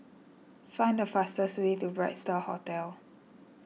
find the fastest way to Bright Star Hotel